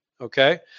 okay